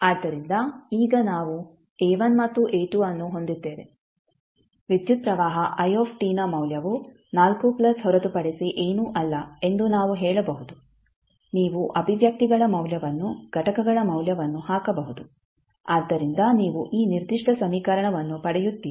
ಆದ್ದರಿಂದ ಈಗ ನಾವು A1 ಮತ್ತು A2 ಅನ್ನು ಹೊಂದಿದ್ದೇವೆ ವಿದ್ಯುತ್ ಪ್ರವಾಹ i ನ ಮೌಲ್ಯವು 4 ಪ್ಲಸ್ ಹೊರತುಪಡಿಸಿ ಏನೂ ಅಲ್ಲ ಎಂದು ನಾವು ಹೇಳಬಹುದು ನೀವು ಅಭಿವ್ಯಕ್ತಿಗಳ ಮೌಲ್ಯವನ್ನು ಘಟಕಗಳ ಮೌಲ್ಯವನ್ನು ಹಾಕಬಹುದು ಆದ್ದರಿಂದ ನೀವು ಈ ನಿರ್ದಿಷ್ಟ ಸಮೀಕರಣವನ್ನು ಪಡೆಯುತ್ತೀರಿ